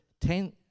ten